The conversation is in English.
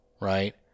right